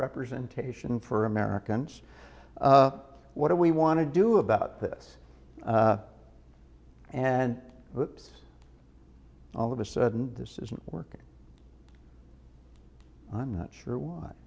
representation for americans what do we want to do about this and all of a sudden this isn't working i'm not sure wh